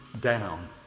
down